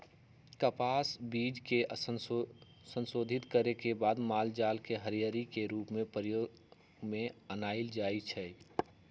कपास बीज के संशोधित करे के बाद मालजाल के हरियरी के रूप में प्रयोग में आनल जाइ छइ